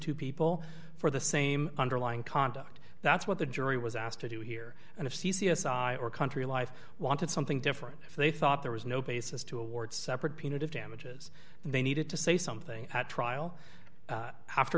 two people for the same underlying conduct that's what the jury was asked to do here and if the c s i or country life wanted something different if they thought there was no basis to award separate peanut of damages they needed to say something at trial after